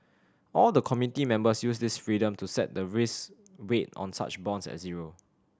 all the committee members use this freedom to set the risk weight on such bonds at zero